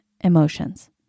emotions